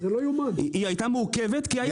היא הייתה מעוכבת כי היה קוורום.